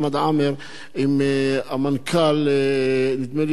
עם המנכ"ל, נדמה לי עם עמרם קלעג'י,